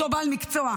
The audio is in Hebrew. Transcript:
מאותו בעל מקצוע,